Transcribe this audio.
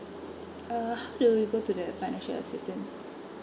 uh how do we go to the financial assistant